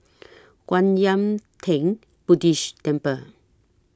Kwan Yam Theng Buddhist Temple